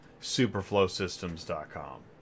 SuperFlowSystems.com